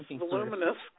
voluminous